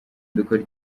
dukore